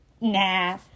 Nah